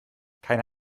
keine